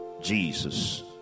Jesus